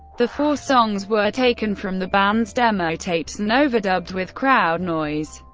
the four songs were taken from the band's demo tapes and overdubbed with crowd noise.